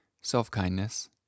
self-kindness